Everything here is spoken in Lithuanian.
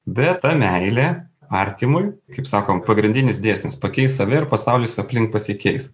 bet ta meilė artimui kaip sakom pagrindinis dėsnis pakeisk save ir pasaulis aplink pasikeis